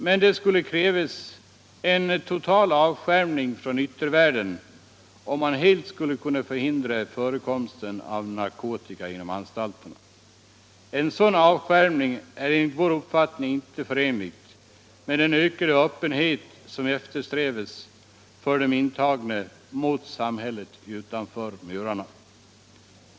Men det skulle krävas en total av | skärmning från yttervärlden för att helt kunna hindra förekomsten av narkotika inom anstalterna. En sådan avskärmning är enligt vår upp | fattning inte förenlig med den ökade öppenhet som eftersträvas för de ) intagnas skull gentemot samhället utanför murarna.